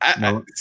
No